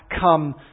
come